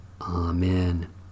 Amen